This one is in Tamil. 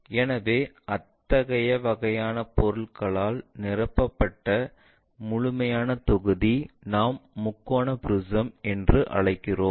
எனவே அத்தகைய வகையான பொருளால் நிரப்பப்பட்ட முழுமையான தொகுதி நாம் முக்கோண ப்ரிஸம் என்று அழைக்கிறோம்